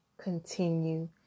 continue